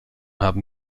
haben